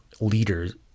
leaders